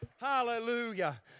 Hallelujah